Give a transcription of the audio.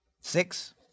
Six